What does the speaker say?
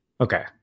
Okay